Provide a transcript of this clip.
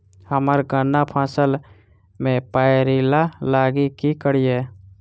हम्मर गन्ना फसल मे पायरिल्ला लागि की करियै?